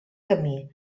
camí